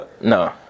no